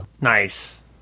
Nice